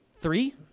three